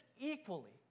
equally